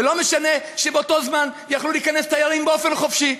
ולא משנה שבאותו הזמן יכלו להיכנס תיירים באופן חופשי.